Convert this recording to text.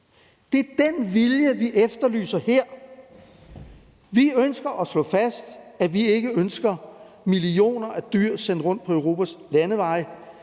Det er den vilje, vi efterlyser her. Vi ønsker at slå fast, at vi ikke ønsker millioner af dyr sendt rundt på Europas landeveje.